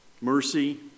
Mercy